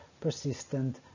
persistent